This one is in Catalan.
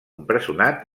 empresonat